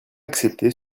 accepté